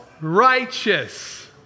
righteous